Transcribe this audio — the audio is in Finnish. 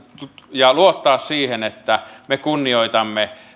ja luottaa siihen että me kunnioitamme